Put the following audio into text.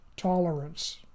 Tolerance